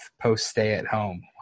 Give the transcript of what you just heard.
post-stay-at-home